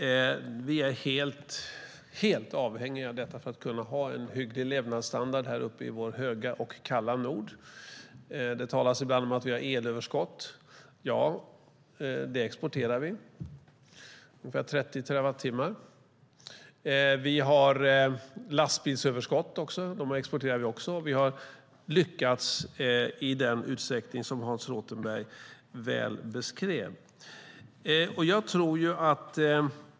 Sverige är helt avhängigt exporten för att ha en hygglig levnadsstandard i vår höga och kalla nord. Det talas ibland om elöverskott. Ja, vi exporterar el, ungefär 30 terawattimmar. Vi har ett lastbilsöverskott. De exporteras också. Vi har lyckats i den utsträckning som Hans Rothenberg väl beskrev.